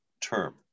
term